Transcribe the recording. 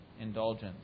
indulgence